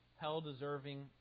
hell-deserving